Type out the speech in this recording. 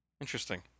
Interesting